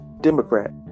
Democrat